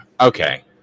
Okay